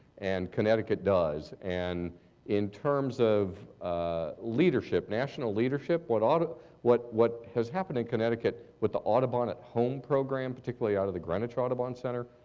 and connecticut does. and in terms of ah leadership, national leadership, what what what has happened in connecticut with the audubon at home program, particularly out of the greenwich audubon center,